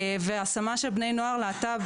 השמה של בני נוער להט"ב,